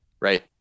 right